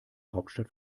hauptstadt